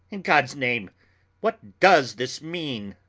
in god's name what does this mean?